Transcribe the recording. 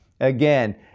again